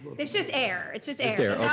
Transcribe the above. it's just air, it's just air.